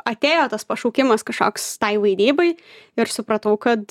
atėjo tas pašaukimas kažkoks tai vaidybai ir supratau kad